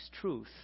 truth